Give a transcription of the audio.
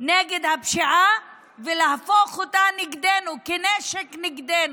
נגד הפשיעה ויהפכו אותה נגדנו, כנשק נגדנו.